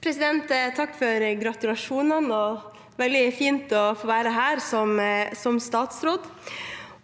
Takk for gratu- lasjonene. Det er veldig fint å få være her som statsråd.